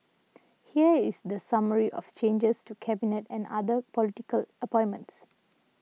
here is the summary of changes to Cabinet and other political appointments